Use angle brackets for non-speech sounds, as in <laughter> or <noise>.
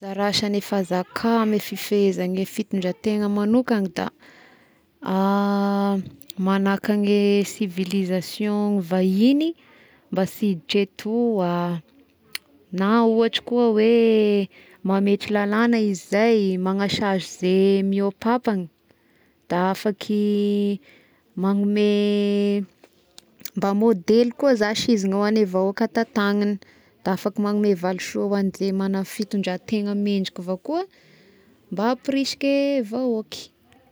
Anzara asan'ny fanzaka amin'ny fifeheza ny fitondrategna manokana da <hesitation> manaka gne civilisation ny vahigny mba sy hiditra eto ah, <noise> na ohatry koa hoe mametry lalàgna izy zay, manasazy ize mihoapapagna da afaky magnome <noise> mba môdely koa zashy izy hoan'ny vahoaka tantagniny da afaka magnome valisoa hoan'ze magna fitondrategna mendrika avao koa mba hampirisiky e vahoaka.